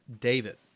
David